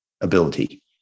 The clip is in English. ability